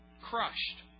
crushed